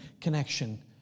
connection